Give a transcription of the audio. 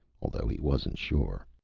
although he wasn't sure.